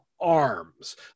arms